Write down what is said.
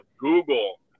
Google